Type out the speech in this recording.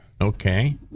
Okay